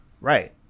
Right